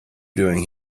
doing